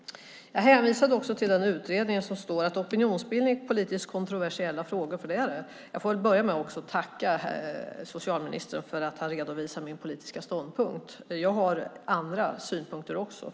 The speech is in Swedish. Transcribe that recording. Jag hänvisade också till en utredning där det står om opinionsbildning i politiskt kontroversiella frågor, och detta är en sådan. Jag får väl börja med att tacka socialministern för att han redovisar min politiska ståndpunkt. Jag har andra synpunkter också.